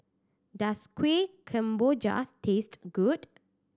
does Kuih Kemboja taste good